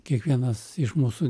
kiekvienas iš mūsų